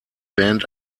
band